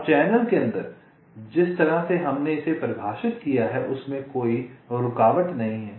अब चैनल के अंदर जिस तरह से हमने इसे परिभाषित किया है उसमें कोई रुकावट नहीं है